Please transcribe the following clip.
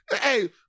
hey